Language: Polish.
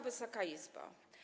Wysoka Izbo!